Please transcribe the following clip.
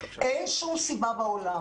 אין שום סיבה בעולם,